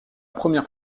première